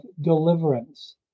deliverance